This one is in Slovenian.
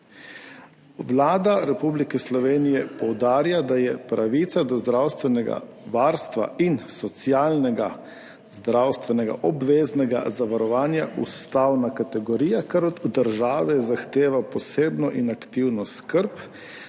Vlada Republike Slovenije poudarja, da je pravica do zdravstvenega varstva in socialnega obveznega zdravstvenega zavarovanja ustavna kategorija, kar od države zahteva posebno in aktivno skrb,